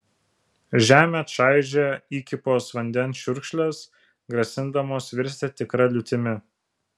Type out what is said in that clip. žemę čaižė įkypos vandens čiurkšlės grasindamos virsti tikra liūtimi